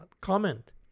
Comment